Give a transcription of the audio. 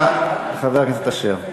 בבקשה, חבר הכנסת אשר.